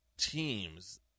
teams